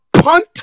punt